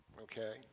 okay